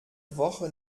woche